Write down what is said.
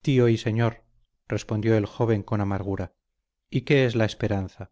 tío y señor respondió el joven con amargura y qué es la esperanza